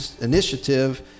Initiative